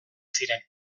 ziren